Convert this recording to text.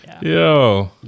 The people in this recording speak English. Yo